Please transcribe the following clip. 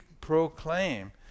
proclaim